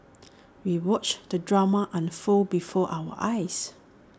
we watched the drama unfold before our eyes